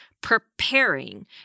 Preparing